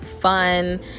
fun